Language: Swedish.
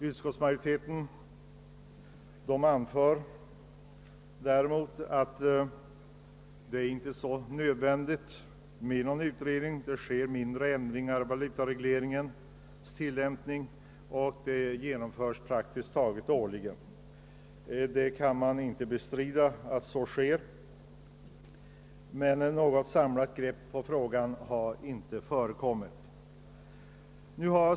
Utskottsmajoriteten anför däremot att en utredning inte är så nödvändig; mindre ändringar i valutaregleringens tillämpning genomförs praktiskt taget årligen, men något samlat grepp på frågan har inte tagits.